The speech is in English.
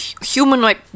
humanoid